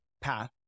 path